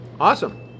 Awesome